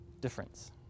difference